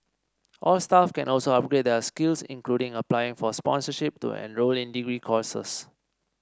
all staff can also upgrade their skills including applying for sponsorship to enrol in degree courses